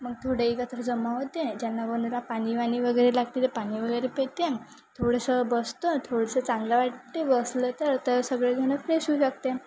मग थोडं एकत्र जमा होते ज्यांना कोणला पाणी वाणी वगैरे लागते ते पाणी वगैरे पिते थोडंसं बसतो थोडंसं चांगलं वाटते बसलं तर तर सगळे जणं फ्रेश होऊ शकते